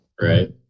Right